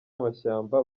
amashyamba